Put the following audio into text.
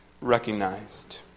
recognized